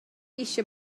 eisiau